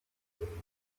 rusange